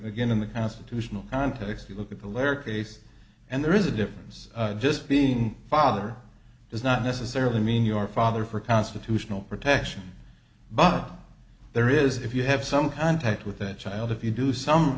again in the constitutional context you look at the lurk ace and there is a difference just being father does not necessarily mean your father for constitutional protection but there is if you have some contact with that child if you do some